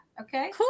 okay